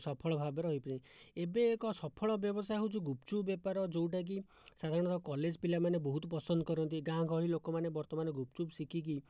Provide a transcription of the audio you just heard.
ସଫଳ ଭାବରେ ରହିପାରିବେ ଏବେ ଏକ ସଫଳ ବ୍ୟବସାୟ ହେଉଛି ଗୁପଚୁପ ବେପାର ଯେଉଁଟା କି ସାଧାରଣତଃ କଲେଜ ପିଲାମାନେ ବହୁତ ପସନ୍ଦ କରନ୍ତି ଗାଁ ଗହଳି ଲୋକମାନେ ବର୍ତ୍ତମାନ ଗୁପଚୁପ ଶିଖିକି